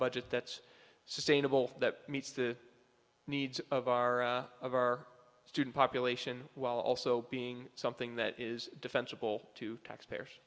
budget that's sustainable that meets the needs of our of our student population while also being something that is defensible to taxpayers